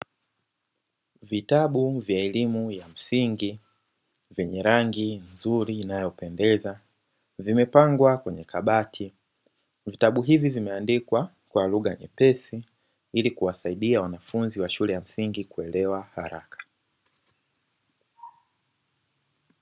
Vitabu vya elimu ya msingi vyenye rangi nzuri inayopendeza vimepangwa kwenye kabati. Vitabu hivi vimeandikwa kwa lugha nyepesi ili kuwasaidia wanafunzi wa shule ya msingi kuelewa haraka.